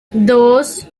dos